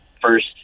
first